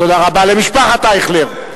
תודה רבה למשפחת אייכלר.